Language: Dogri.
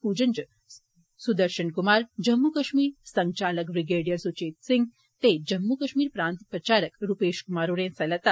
पूजन च सुद्रशन कुमार जम्मू कश्मीर संघवालक ब्रिगेडियर सुचेत सिंह ते जम्मू कश्मीर प्रांत प्रचारक रुपेश कुमार होरें हिस्सा लैता